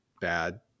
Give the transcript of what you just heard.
bad